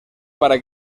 para